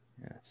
yes